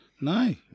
No